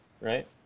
right